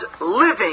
living